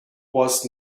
was